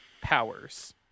powers